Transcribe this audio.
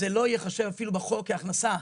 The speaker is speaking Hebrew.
זה לא ייחשב אפילו בחוק כהכנסה.